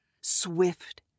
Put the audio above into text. swift